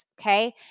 okay